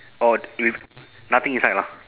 orh with nothing inside lah